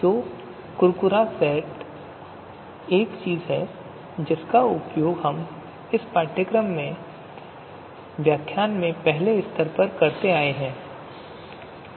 तो कुरकुरा सेट एक ऐसी चीज है जिसका उपयोग हम इस पाठ्यक्रम में इस व्याख्यान से पहले अब तक करते आ रहे हैं